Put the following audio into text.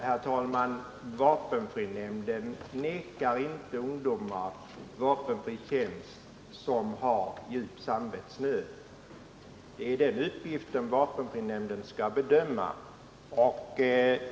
Herr talman! Vapenfrinämnden vägrar inte ungdomar med djup samvetsnöd vapenfri tjänst. Det är dessa frågor vapenfrinämnden har till uppgift att bedöma.